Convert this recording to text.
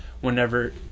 whenever